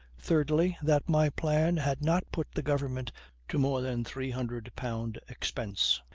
thirdly, that my plan had not put the government to more than three hundred pound expense,